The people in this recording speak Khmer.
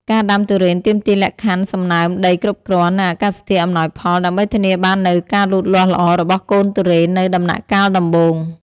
ការដាំទុរេនទាមទារលក្ខខណ្ឌសំណើមដីគ្រប់គ្រាន់ និងអាកាសធាតុអំណោយផល ដើម្បីធានាបាននូវការលូតលាស់ល្អរបស់កូនទុរេននៅដំណាក់កាលដំបូង។